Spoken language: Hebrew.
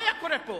מה היה קורה פה?